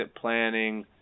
planning